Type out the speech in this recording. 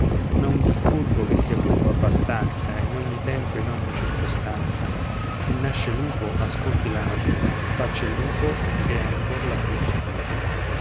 passo non v'è furbo che sia furbo abbastanza in ogni tempo e in ogni circostanza chi nasce lupo ascolti la natura faccia il lupo che è ancor la più sicura